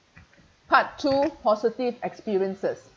part two positive experiences